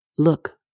Look